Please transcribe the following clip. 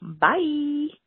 Bye